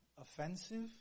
offensive